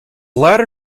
latter